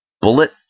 bullet